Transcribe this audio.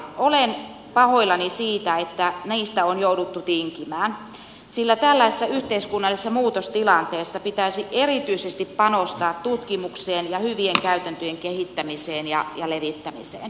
olen pahoillani siitä että niistä on jouduttu tinkimään sillä tällaisessa yhteiskunnallisessa muutostilanteessa pitäisi erityisesti panostaa tutkimukseen ja hyvien käytäntöjen kehittämiseen ja levittämiseen